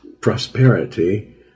prosperity